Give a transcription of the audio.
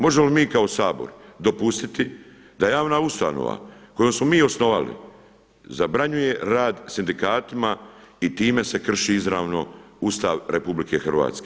Možemo li mi kao Sabor dopustiti da javna ustanova koju smo mi osnovali zabranjuje rad sindikatima i time se krši izravno Ustav RH.